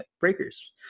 breakers